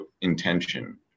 intention